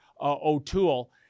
O'Toole